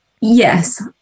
Yes